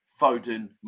Foden